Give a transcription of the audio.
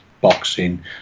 boxing